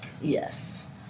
Yes